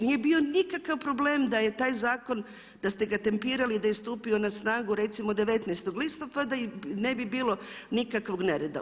Nije bio nikakav problem da je taj zakon, da ste ga tempirali i da je stupio na snagu recimo 19.-og listopada i ne bi bilo nikakvog nereda.